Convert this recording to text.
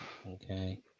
Okay